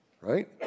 right